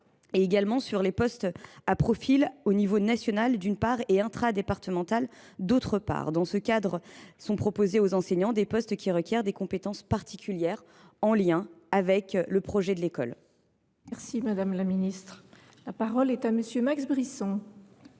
ainsi que sur postes à profil aux niveaux national, d’une part, et intradépartemental, d’autre part. Dans ce cadre sont proposés aux enseignants des postes qui requièrent des compétences particulières, en lien avec le projet de l’école. La parole est à M. Max Brisson,